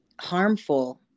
harmful